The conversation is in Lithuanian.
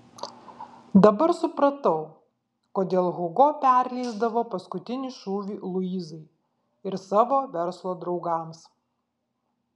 dabar supratau kodėl hugo perleisdavo paskutinį šūvį luizai ir savo verslo draugams